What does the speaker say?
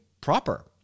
proper